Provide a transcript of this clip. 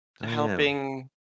helping